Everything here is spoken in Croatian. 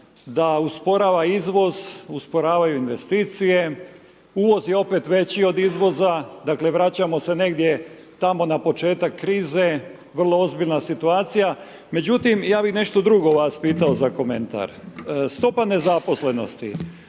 da usporava izvoz, usporavaju investicije, uvoz je opet veći od izvoza, dakle vraćamo se negdje tamo na početak krize, vrlo ozbiljna situacija, međutim ja bih nešto drugo vas pitao za komentar. Stopa nezaposlenosti,